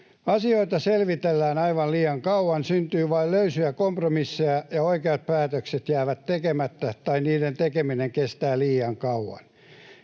Asioita selvitellään aivan liian kauan, syntyy vain löysiä kompromisseja, ja oikeat päätökset jäävät tekemättä tai niiden tekeminen kestää liian kauan.